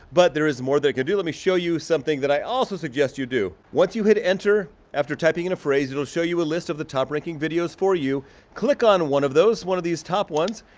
but there is more that it can do. let me show you something that i also suggest you do. once you hit enter after typing in a phrase it'll show you a list of the top ranking videos for you click on one of those one of these top ones.